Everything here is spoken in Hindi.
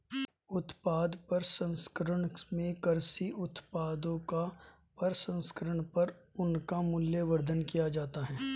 उत्पाद प्रसंस्करण में कृषि उत्पादों का प्रसंस्करण कर उनका मूल्यवर्धन किया जाता है